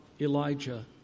Elijah